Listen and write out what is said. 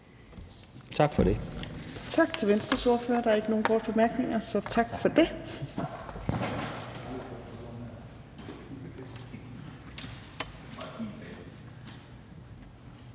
Tak for det.